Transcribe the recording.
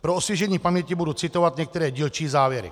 Pro osvěžení paměti budu citovat některé dílčí závěry.